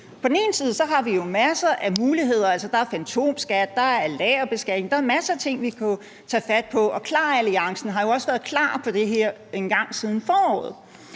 På den ene side har vi jo masser af muligheder. Altså, der er fantomskat, og der er lagerbeskatning. Der er masser af ting, vi kunne tage fat på, og KLAR-alliancen har også været klar til det her engang siden foråret.